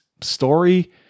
story